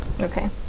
Okay